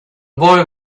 boy